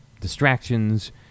distractions